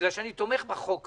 בגלל שאני תומך בחוק הזה.